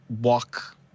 walk